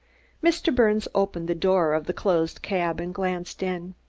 mr. birnes opened the door of the closed cab and glanced in.